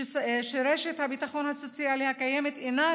שרשת הביטחון הסוציאלי הקיימת אינה